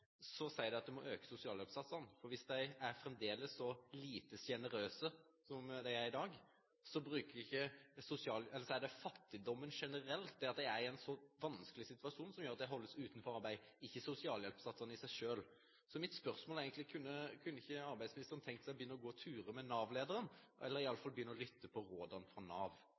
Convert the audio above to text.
må en øke sosialhjelpssatsene. For hvis de fremdeles er så lite sjenerøse som de er i dag, er det fattigdommen generelt – det at noen er i en så vanskelig situasjon – som gjør at en holdes utenfor arbeid, og ikke sosialhjelpssatsene i seg selv. Så mitt spørsmål er egentlig: Kunne ikke arbeidsministeren ha tenkt seg å begynne å gå turer med Nav-lederen, eller iallfall begynne å lytte til rådene fra Nav?